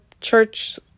church